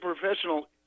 professional